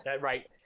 Right